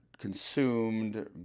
consumed